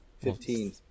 Fifteen